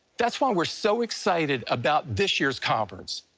that's why we're so excited about this year's conference.